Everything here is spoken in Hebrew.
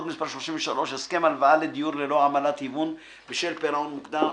(מס' 33) (הסכם הלוואה לדיור ללא עמלת היוון בשל פירעון מוקדם),